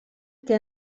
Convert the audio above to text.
que